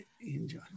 enjoy